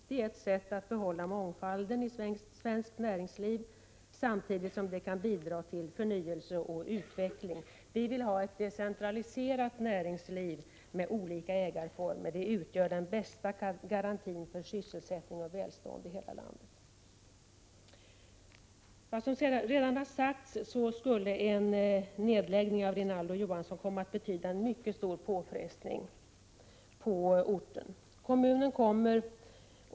Det är ett sätt att behålla mångfalden i svenskt näringsliv, samtidigt som det kan bidra till förnyelse och utveckling ——-—. Vi vill ha ett decentraliserat näringsliv med olika ägarformer. Det utgör den bästa garantin för sysselsättning och välstånd i hela landet.” Prot. 1987/88:34 Som redan har sagts skulle en nedläggning av Rinaldo & Johansson 30 november 1987 komma att betyda en mycket stor påfrestning på orten.